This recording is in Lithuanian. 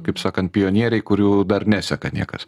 kaip sakant pionieriai kurių dar neseka niekas